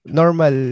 normal